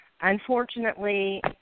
unfortunately